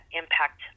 impact